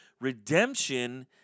Redemption